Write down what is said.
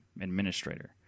administrator